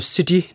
City